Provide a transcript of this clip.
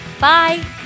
Bye